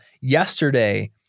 yesterday